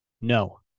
No